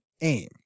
aim